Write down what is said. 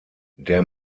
der